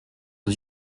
aux